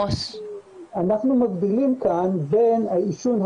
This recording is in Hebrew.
אנחנו מבדילים כאן בין העישון,